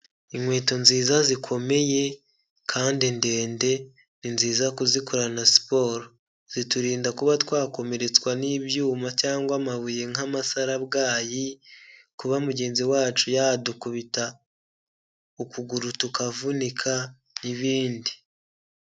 Inkweto nziza zikomeye kandi ndende ni nziza kuzikorana siporo, ziturinda kuba twakomeretswa n'ibyuma cyangwa amabuye nk'amasarabwayi, kuba mugenzi wacu yadukubita ukuguru tukavunika n'ibindi.